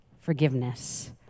forgiveness